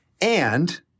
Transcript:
And-